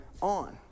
on